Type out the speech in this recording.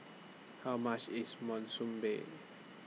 How much IS Monsunabe